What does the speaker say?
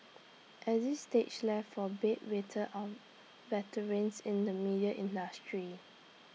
exit stage left for bed wetter or veterans in the media industry